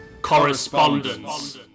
correspondence